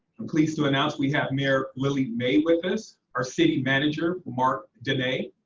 i'm pleased to announce we have mayor lily mei with us, our city manager, mark danaj, a